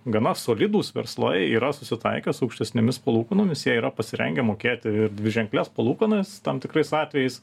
gana solidūs verslai yra susitaikę su aukštesnėmis palūkanomis jie yra pasirengę mokėti ir dviženkles palūkanas tam tikrais atvejais